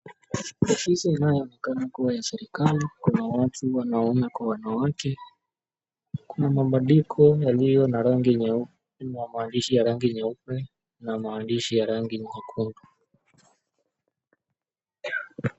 Ofisi inayoonekana kuwa ya serikali, kuna watu wanaume kwa wanawake, kuna mabandiko yaliyo na rangi nyeupe na maandishi ya rangi nyeupe na maandishi ya rangi nyekundu.